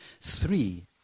Three